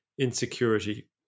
insecurity